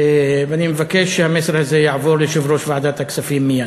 אני מבקש שהמסר הזה יעבור ליושב-ראש ועדת הכספים מייד.